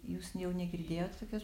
jūs jau negirdėjot tokios